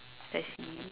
I see